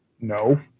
No